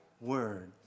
word